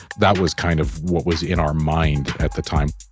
that was kind of what was in our mind at the time